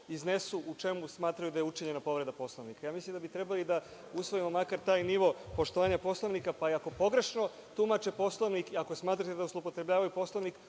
iznesu u čemu smatraju da je učinjena povreda Poslovnika. Mislim da bi trebali da usvojimo makar taj nivo poštovanja Poslovnika, pa i ako pogrešno tumače Poslovnik i ako smatrate da zloupotrebljavaju Poslovnik,